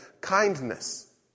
kindness